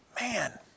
Man